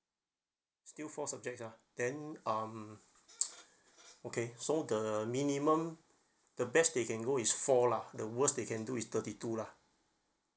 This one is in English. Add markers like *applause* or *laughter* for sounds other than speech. still four subjects ah then um *noise* okay so the minimum the best they can go is four lah the worst they can do is thirty two lah